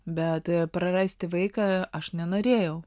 bet ir prarasti vaiką aš nenorėjau